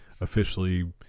officially